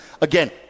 Again